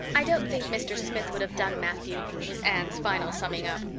i don't think mr. smith would have done, matthew was anne's final summing up.